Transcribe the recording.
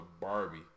Barbie